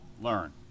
learn